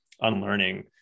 unlearning